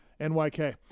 NYK